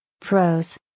Pros